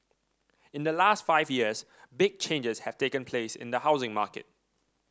in the last five years big changes have taken place in the housing market